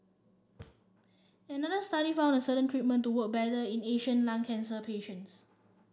another study found a certain treatment to work better in Asian lung cancer patients